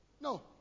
no